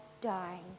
dying